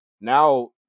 Now